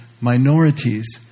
minorities